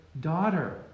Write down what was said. daughter